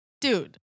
dude